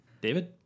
david